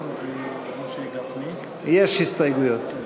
יש הסתייגויות.